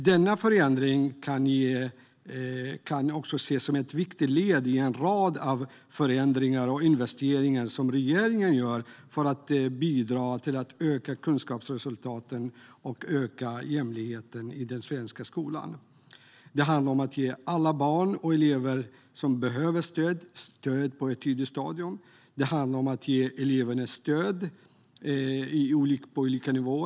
Denna förändring kan också ses som ett viktigt led i en rad förändringar och investeringar som regeringen gör för att bidra till att öka kunskapsresultaten och öka jämlikheten i den svenska skolan. Det handlar om att ge alla barn och elever det stöd som de behöver på ett tidigt stadium. Det handlar om att ge eleverna stöd på olika nivåer.